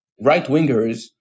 right-wingers